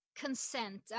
Consent